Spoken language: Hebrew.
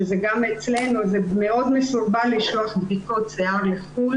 כי אצלנו זה מאוד מסורבל לשלוח בדיקות שיער לחו"ל